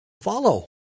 follow